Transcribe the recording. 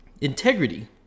integrity